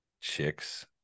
chicks